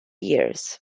years